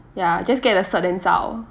ya just get the cert then zao